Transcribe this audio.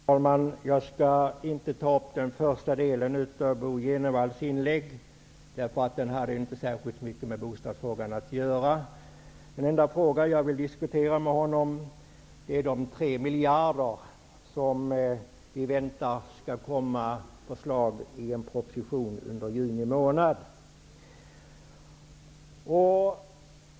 Herr talman! Jag skall inte kommentera den första delen av Bo G Jenevalls inlägg, eftersom den inte hade särskilt mycket med bostadsfrågorna att göra. Den enda fråga jag vill diskutera med honom är den som rör de 3 miljarder, som vi väntar att det skall komma förslag om i en proposition under juni månad.